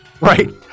Right